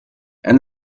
and